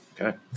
Okay